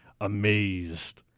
amazed